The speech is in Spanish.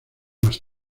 más